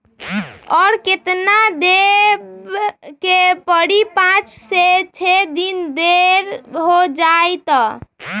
और केतना देब के परी पाँच से छे दिन देर हो जाई त?